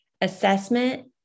Assessment